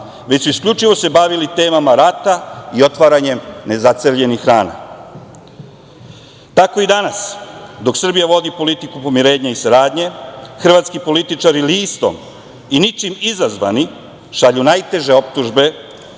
već su se isključivo bavili temama rata i otvaranjem nezaceljenih rana. Tako i danas, dok Srbija vodi politiku pomirenja i saradnje, hrvatski političar i listom i ničim izazvani šalju najteže optužbe